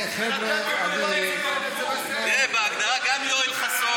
הם לא ימנים טובים, זה מה שהוא מנסה להגיד לך.